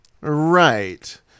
Right